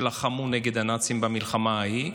שלחמו נגד הנאצים במלחמה ההיא.